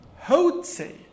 hotse